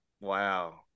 Wow